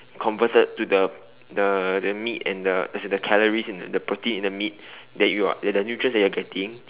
converted to the the the meat and the as in the calories in the the protein in the meat that you are the the nutrients that you're getting